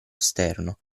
esterno